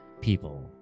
people